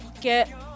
get